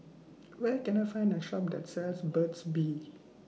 Where Can I Find A Shop that sells Burt's Bee